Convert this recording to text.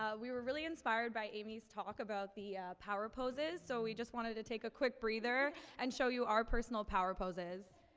ah we were really inspired by amy's talk about the, ah, power poses. so we just wanted to take a quick breather and show you our personal power poses.